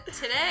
Today